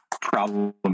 problem